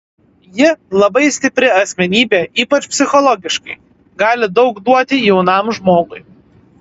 ji labai stipri asmenybė ypač psichologiškai gali daug duoti jaunam žmogui